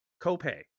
copay